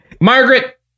Margaret